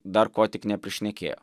dar ko tik neprišnekėjo